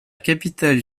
capitale